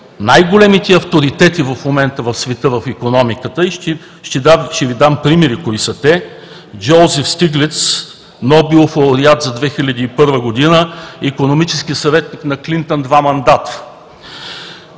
най-големите авторитети в момента в света в икономиката – и ще Ви дам примери кои са те: Джоузеф Стиглиц, Нобелов лауреат за 2001 г., икономически съветник на Клинтън в два